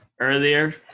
earlier